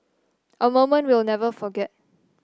a moment we'll never forget